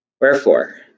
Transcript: Wherefore